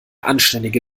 anständige